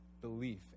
belief